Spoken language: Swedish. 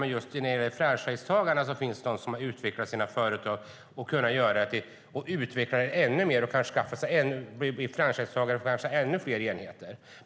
Men just bland franchisetagarna finns det de som har utvecklat sina företag mer och kanske skaffat ännu fler enheter.